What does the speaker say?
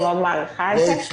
אני מאוד מעריכה את זה.